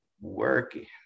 working